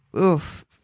oof